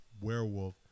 werewolf